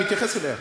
אני מתייחס אליה.